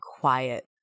quiet